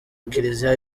kiliziya